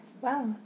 Wow